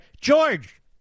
George